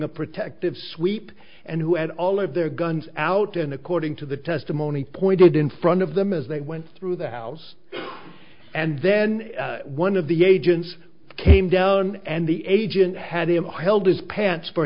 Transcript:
the protective sweep and who had all of their guns out and according to the testimony pointed in front of them as they went through the house and then one of the agents came down and the agent had him held his pants for